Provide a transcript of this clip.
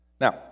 Now